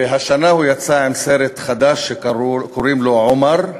ועכשיו הוא יצא עם סרט חדש, שקוראים לו "עומאר",